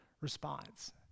response